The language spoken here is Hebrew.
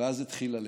ואז התחיל ללכת.